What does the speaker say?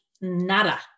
nada